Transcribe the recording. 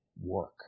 work